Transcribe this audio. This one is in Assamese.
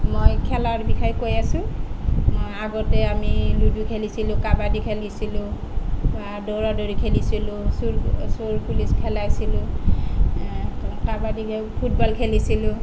মই খেলাৰ বিষয়ে কৈ আছো মই আগতে আমি লুডু খেলিছিলোঁ কাবাডী খেলিছিলোঁ বা দৌৰা দৌৰি খেলিছিলোঁ চোৰ চোৰ পুলিচ খেলাইছিলোঁ কাবাডী ফুটবল খেলিছিলোঁ